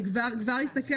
אני כבר אסתכל.